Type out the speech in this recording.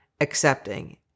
accepting